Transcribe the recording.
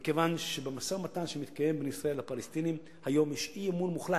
מכיוון שבמשא-ומתן שמתקיים בין ישראל לפלסטינים היום יש אי-אמון מוחלט,